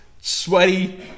sweaty